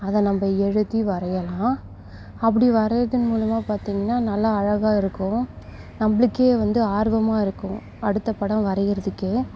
அதை நம்ம எழுதி வரையலாம் அப்படி வரைகிறதன் மூலமாக பார்த்தீங்கனா நல்லா அழகாக இருக்கும் நம்மளுக்கே வந்து ஆர்வமாக இருக்கும் அடுத்த படம் வரையுறதுக்கே